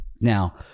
Now